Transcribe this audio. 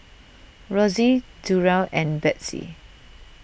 Rosie Durell and Bethzy